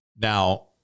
Now